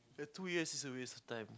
the two years is a waste of time